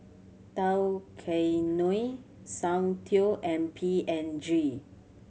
Tao Kae Noi Soundteoh and P and G